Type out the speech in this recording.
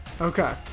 Okay